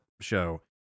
show